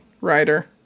writer